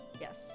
yes